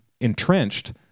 entrenched